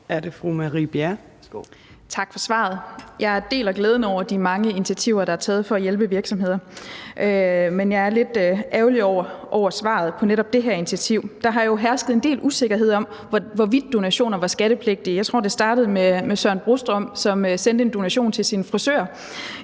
Marie Bjerre (V): Tak for svaret. Jeg deler glæden over de mange initiativer, der er taget, for at hjælpe virksomheder, men jeg er lidt ærgerlig over svaret i forhold til netop det her initiativ. Der har jo hersket en del usikkerhed om, hvorvidt donationer var skattepligtige. Jeg tror, det startede med Søren Brostrøm, som sendte en donation til sin frisør